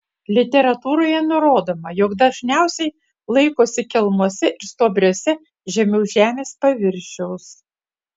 literatūroje nurodoma jog dažniausiai laikosi kelmuose ir stuobriuose žemiau žemės paviršiaus